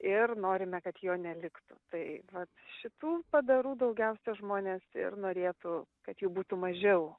ir norime kad jo neliktų tai vat šitų padarų daugiausia žmonės ir norėtų kad jų būtų mažiau